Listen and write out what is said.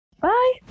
bye